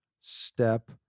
step